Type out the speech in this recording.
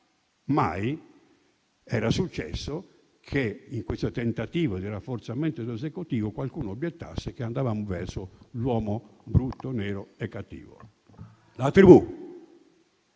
mai successo che, in questo tentativo di rafforzamento dell'Esecutivo, qualcuno obiettasse che andavamo verso l'uomo brutto, nero e cattivo, la tribù.